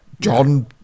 John